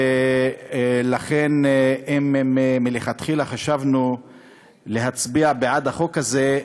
ולכן מלכתחילה חשבנו להצביע בעד החוק הזה,